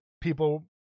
people